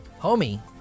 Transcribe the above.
Homie